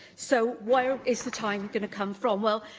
so, where is the time going to come from? well,